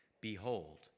behold